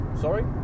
Sorry